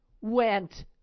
went